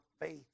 faith